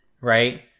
Right